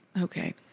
Okay